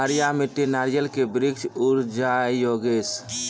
पहाड़िया मिट्टी नारियल के वृक्ष उड़ जाय योगेश?